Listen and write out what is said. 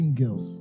girls